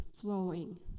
flowing